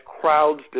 crowds